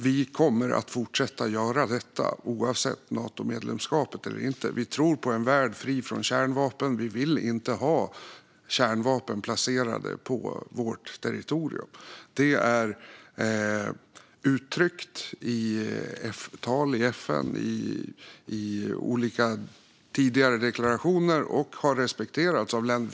Vi kommer att fortsätta att göra detta, Natomedlemskap eller inte. Vi tror på en värld fri från kärnvapen. Vi vill inte ha kärnvapen placerade på vårt territorium. Det är uttryckt i tal i FN och i olika tidigare deklarationer, och det har respekterats av länder.